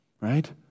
right